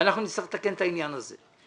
ואנחנו נצטרך לתקן את העניין הזה.